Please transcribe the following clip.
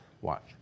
watch